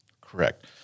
Correct